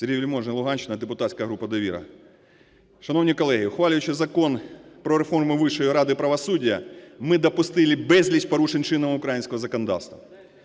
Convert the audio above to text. Сергій Вельможний, Луганщина, депутатська група "Довіра". Шановні колеги, ухвалюючи Закон про реформу Вищої ради правосуддя, ми допустили безліч порушень чинного українського законодавства.